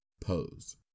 pose